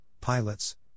pilots